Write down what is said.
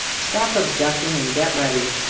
stop objecting and get ready!